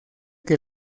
que